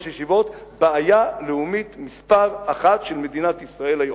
ישיבות: בעיה לאומית מספר אחת של מדינת ישראל היום.